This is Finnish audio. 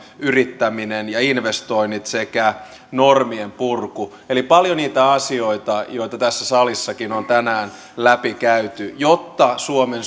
yrittäminen ja investoinnit sekä normien purku eli paljon niitä asioita joita tässä salissakin on tänään läpi käyty jotta suomen